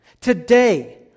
Today